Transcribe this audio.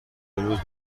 روز